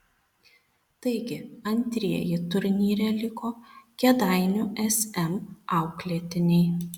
taigi antrieji turnyre liko kėdainių sm auklėtiniai